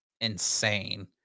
insane